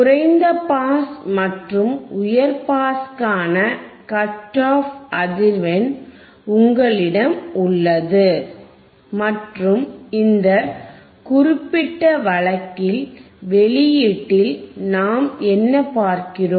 குறைந்த பாஸ் மற்றும் உயர் பாஸுக்கான கட் ஆப் அதிர்வெண் உங்களிடம் உள்ளது மற்றும் இந்த குறிப்பிட்ட வழக்கில் வெளியீட்டில் நாம் என்ன பார்க்கிறோம்